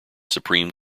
supreme